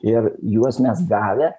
ir juos mes gavę